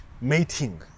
mating